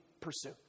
pursue